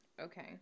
okay